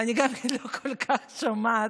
ואני גם לא כל כך שומעת,